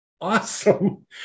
awesome